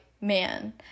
man